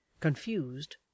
Confused